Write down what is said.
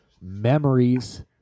Memories